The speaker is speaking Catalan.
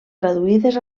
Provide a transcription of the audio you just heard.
traduïdes